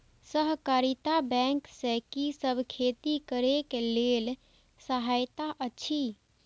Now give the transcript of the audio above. सहकारिता बैंक से कि सब खेती करे के लेल सहायता अछि?